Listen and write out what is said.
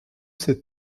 ses